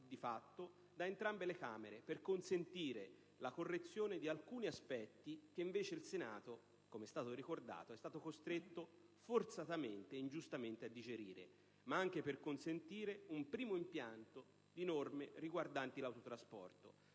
di fatto da entrambe le Camere, per consentire la correzione di alcuni aspetti che invece il Senato - come è stato ricordato - è stato costretto forzatamente e ingiustamente a digerire, ma anche per consentire un primo impianto di norme riguardanti l'autotrasporto,